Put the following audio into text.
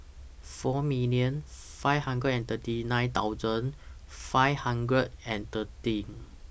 four million five hundred and thirty nine thousand five hundred and thirteen